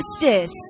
justice